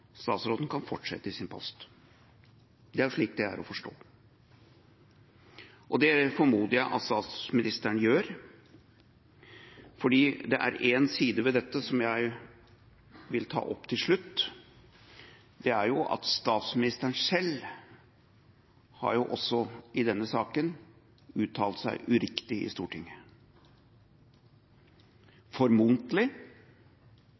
statsråden kan fortsette i sin post – det er slik det er å forstå. Det formoder jeg at statsministeren gjør. Det er én side ved dette som jeg vil ta opp til slutt. Det er at statsministeren selv i denne saken også har uttalt seg uriktig i Stortinget, formodentlig